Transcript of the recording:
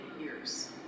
years